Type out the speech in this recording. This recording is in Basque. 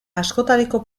askotariko